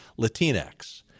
Latinx